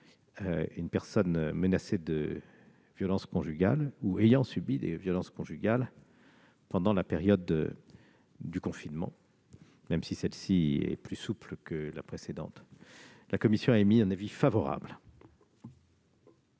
une personne menacée de violences conjugales ou ayant subi de telles violences pendant la période du confinement, même si celle-ci est plus souple que la précédente. La commission a émis un avis favorable.